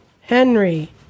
Henry